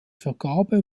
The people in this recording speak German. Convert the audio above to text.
vergabe